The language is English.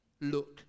Look